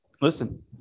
listen